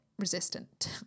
resistant